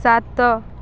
ସାତ